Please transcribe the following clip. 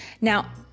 Now